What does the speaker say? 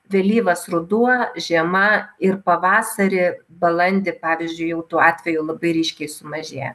vėlyvas ruduo žiema ir pavasarį balandį pavyzdžiui jau tų atvejų labai ryškiai sumažėja